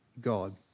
God